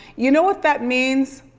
you know what that means,